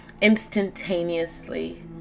instantaneously